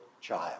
child